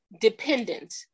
dependent